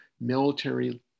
military